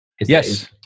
Yes